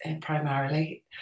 primarily